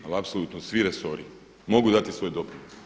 Apsolutno svi resori mogu dati svoj doprinos.